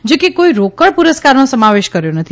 જો કે કોઇ રોકડ પુરસ્કારનો સમાવેશ કર્યો નથી